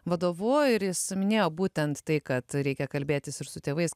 vadovu ir jis minėjo būtent tai kad reikia kalbėtis ir su tėvais